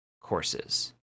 courses